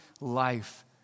life